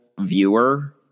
viewer